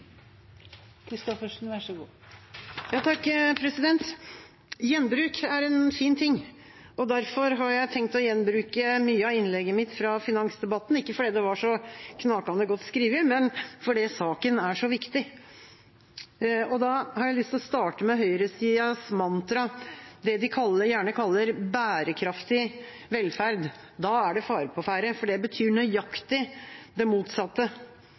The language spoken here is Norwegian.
Gjenbruk er en fin ting, og derfor har jeg tenkt å gjenbruke mye av innlegget mitt fra finansdebatten – ikke fordi det var så knakende godt skrevet, men fordi saken er så viktig. Da har jeg lyst til å starte med høyresidens mantra, det de gjerne kaller «bærekraftig velferd». Da er det fare på ferde, for det betyr nøyaktig det motsatte,